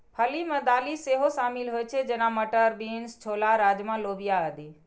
फली मे दालि सेहो शामिल होइ छै, जेना, मटर, बीन्स, छोला, राजमा, लोबिया आदि